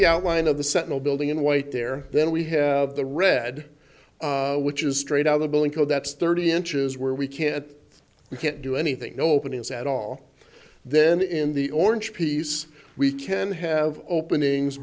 the outline of the sentinel building in white there then we have the red which is straight out of the building code that's thirty inches where we can't we can't do anything openings at all then in the orange piece we can have openings